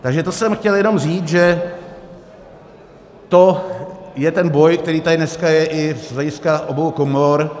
Takže to jsem chtěl jenom říct, že to je ten boj, který tady dneska je i z hlediska obou komor.